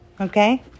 Okay